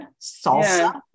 Salsa